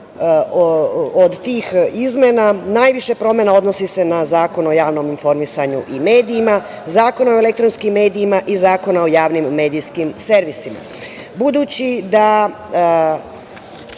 tih izmena, najviše promena se odnosi na Zakon o javnom informisanju i medijima, Zakonu o elektronskim medijima i Zakona o javnim medijskim servisima. Budući